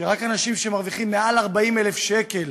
שרק אנשים שמרוויחים מעל 40,000 שקל